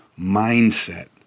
mindset